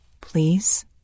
Please